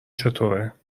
چطوره